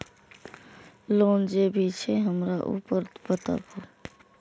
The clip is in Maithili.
लोन जे भी छे हमरा ऊपर बताबू?